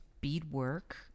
beadwork